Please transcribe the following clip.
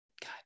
God